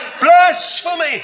blasphemy